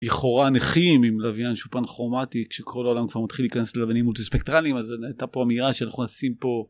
לכאורה נכים עם לוויאן שופן כרומטי כשכל העולם מתחיל להיכנס לווינים מוטו ספקטרליים אז הייתה פה האמירה שאנחנו עושים פה.